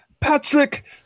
Patrick